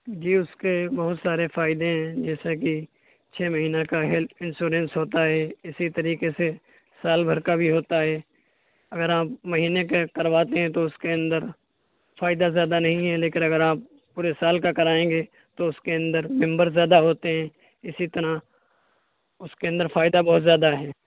جی اس کے بہت سارے فائدے ہیں جیسا کہ چھ مہینہ کا ہیلتھ انسورینس ہوتا ہے اسی طریقے سے سال بھر کا بھی ہوتا ہے اگر آپ مہینے کا کرواتے ہیں تو اس کے اندر فائدہ زیادہ نہیں ہے لیکن اگر آپ پورے سال کا کرائیں گے تو اس کے اندر ممبر زیادہ ہوتے ہیں اسی طرح اس کے اندر فائدہ بہت زیادہ ہے